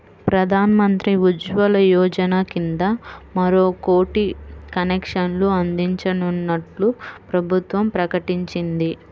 ప్రధాన్ మంత్రి ఉజ్వల యోజన కింద మరో కోటి కనెక్షన్లు అందించనున్నట్లు ప్రభుత్వం ప్రకటించింది